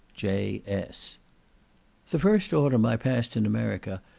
js. the first autumn i passed in america,